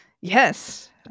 Yes